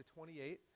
28